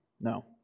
No